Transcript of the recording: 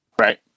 Right